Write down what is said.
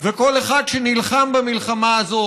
וכל אחד שנלחם במלחמה הזאת